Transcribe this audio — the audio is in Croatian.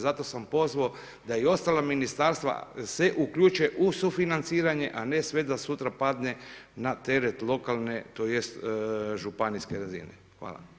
Zato sam pozvao da i ostala ministarstva se uključe u sufinanciranje, a ne sve da sutra padne na teret lokalne, tj. županijske razine.